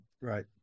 Right